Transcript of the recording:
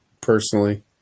personally